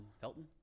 Felton